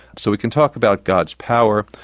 so we can talk about god's power,